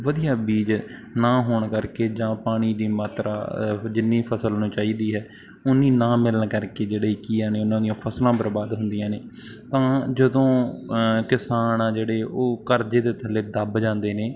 ਵਧੀਆ ਬੀਜ ਨਾ ਹੋਣ ਕਰਕੇ ਜਾਂ ਪਾਣੀ ਦੀ ਮਾਤਰਾ ਜਿੰਨੀ ਫਸਲ ਨੂੰ ਚਾਹੀਦੀ ਹੈ ਓਨੀ ਨਾ ਮਿਲਣ ਕਰਕੇ ਜਿਹੜੇ ਕੀ ਆ ਨੇ ਉਹਨਾਂ ਦੀਆਂ ਫਸਲਾਂ ਬਰਬਾਦ ਹੁੰਦੀਆਂ ਨੇ ਤਾਂ ਜਦੋਂ ਕਿਸਾਨ ਆ ਜਿਹੜੇ ਉਹ ਕਰਜ਼ੇ ਦੇ ਥੱਲੇ ਦੱਬ ਜਾਂਦੇ ਨੇ